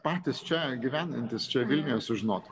patys čia gyvenantys čia vilniuje sužinotų